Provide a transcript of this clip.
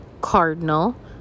cardinal